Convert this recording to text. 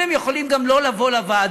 אם הם יכולים גם לא לבוא לוועדות,